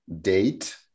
date